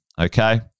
okay